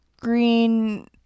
green